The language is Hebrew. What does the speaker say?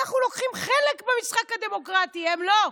אנחנו לוקחים חלק במשחק הדמוקרטי, הם לא.